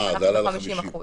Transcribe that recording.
זה עלה ל-50 אחוזים.